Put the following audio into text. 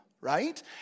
right